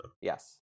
yes